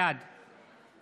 בעד